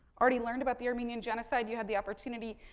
already learn about the armenian genocide. you had the opportunity,